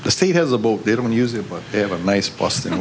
the state has a boat they don't use it but they have a nice boston